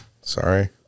Sorry